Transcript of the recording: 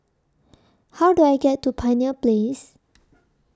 How Do I get to Pioneer Place